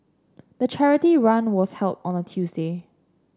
the charity run was held on a Tuesday